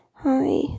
Hi